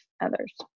others